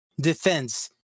defense